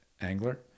angler